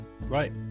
right